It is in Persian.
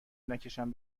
نکشن